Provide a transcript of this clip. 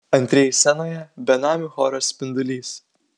antrieji scenoje benamių choras spindulys